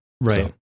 Right